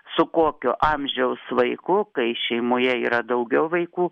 su kokio amžiaus vaiku kai šeimoje yra daugiau vaikų